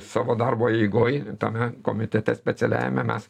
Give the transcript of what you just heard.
savo darbo eigoj tame komitete specialiajame mes